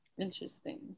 Interesting